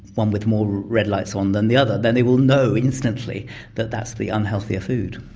one with more red lights on than the other, then they will know instantly that that's the unhealthier food.